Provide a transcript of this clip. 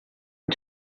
and